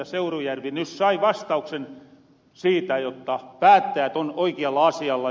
seurujärvi nyt sai vastauksen siitä jotta päättäjät on oikialla asialla